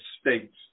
States